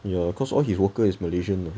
ya cause all his worker is malaysian